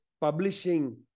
publishing